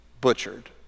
butchered